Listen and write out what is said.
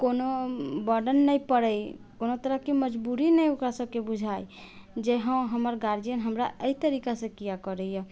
कोनो बर्डन नहि पड़ै कोनो तरहके मजबूरी नहि ओकरा सबके बुझाइ जे हँ हमर गार्जियन हमरा अइ तरीकासँ किया करैए